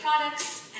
products